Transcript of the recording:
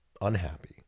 unhappy